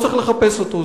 לא צריך לחפש אותו,